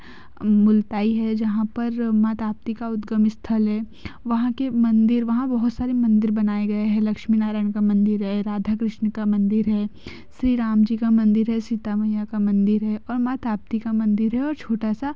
मुलताई है जहाँ पर माँ ताप्ती का उद्गम स्थल है वहाँ के मंदिर वहाँ बहुत सारे मंदिर बनाए गए हैं लक्ष्मी नारायण मंदिर है राधा कृष्ण का मंदिर है श्री राम जी का मंदिर है सीता मैया का मंदिर है और माँ ताप्ती का मंदिर है और छोटा सा